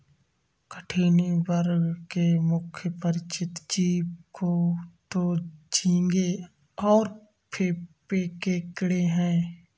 कठिनी वर्ग के मुख्य परिचित जीव तो झींगें और केकड़े हैं